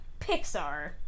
Pixar